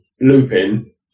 looping